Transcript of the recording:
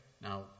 Now